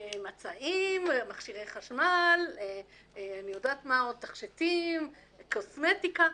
מצעים, מכשירי חשמל, תכשיטים, קוסמטיקה.